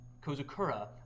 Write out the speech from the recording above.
Kozukura